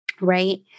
right